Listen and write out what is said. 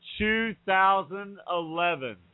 2011